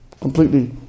completely